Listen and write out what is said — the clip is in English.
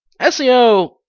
SEO